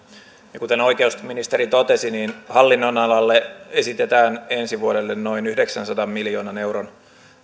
kuten oikeusministeri totesi niin hallinnonalalle esitetään ensi vuodelle noin yhdeksänsadan miljoonan euron